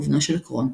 ובנו של קרון.